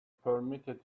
permitted